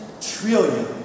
trillion